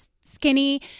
skinny